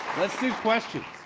let's do questions.